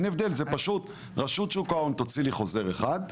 זה פשוט רשות שוק ההון תוציא לי חוזר אחד,